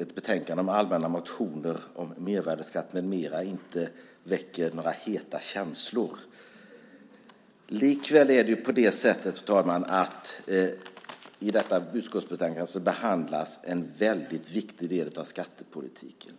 ett betänkande om allmänna motioner om mervärdesskatt med mera inte väcker några heta känslor. Likväl är det på det sättet, fru talman, att i detta utskottsbetänkande behandlas en mycket viktig del av skattepolitiken.